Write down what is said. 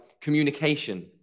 communication